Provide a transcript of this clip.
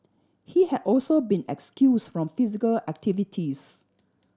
he had also been excused from physical activities